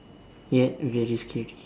yet very scary